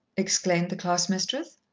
exclaimed the class-mistress.